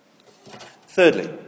Thirdly